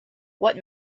what